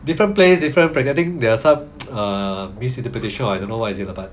different places different banqueting I think there's are some misinterpretation or I don't know what is it lah but